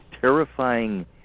terrifying